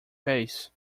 face